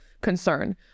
concern